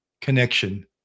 connection